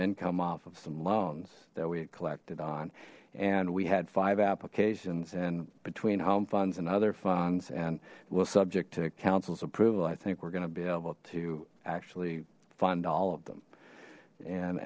income off of some loans that we had collected on and we had five applications and between home funds and other funds and was subject to council's approval i think we're going to be able to actually fund all of them and